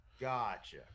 gotcha